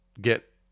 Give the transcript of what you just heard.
get